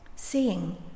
Seeing